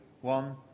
One